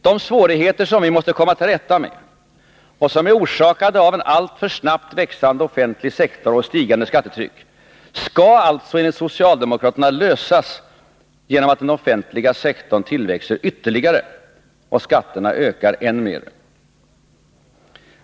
De svårigheter som vi måste komma till rätta med och som är orsakade av enalltför snabbt växande offentlig sektor och stigande skattetryck skall alltså enligt socialdemokraterna lösas genom att den offentliga sektorn tillväxer ytterligare och skatterna ökar än mer.